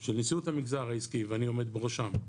של נשיאות המגזר העסקי ואני עומד בראשם,